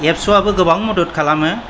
एबसुवाबो गोबां मदद खालामो